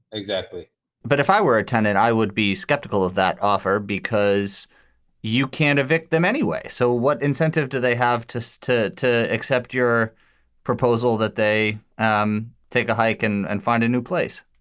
exactly but if i were a tenant, i would be skeptical of that offer because you can't evict them anyway. so what incentive do they have to so to to accept your proposal that they um take a hike and and find a new place?